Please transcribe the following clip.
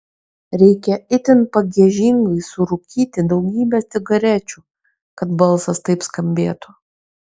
reikia itin pagiežingai surūkyti daugybę cigarečių kad balsas taip skambėtų